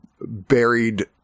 buried